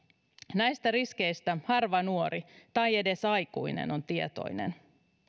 näistä riskeistä harva nuori tai edes aikuinen on tietoinen